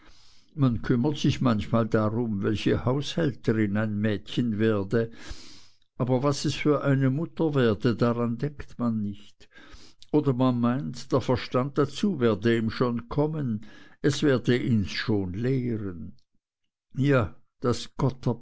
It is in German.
man kümmert sich manchmal darum welche haushälterin ein mädchen werde aber was es für eine mutter werde daran denkt man nicht oder man meint der verstand dazu werde ihm schon kommen es werde ihns schon lehren ja daß